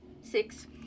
six